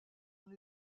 dans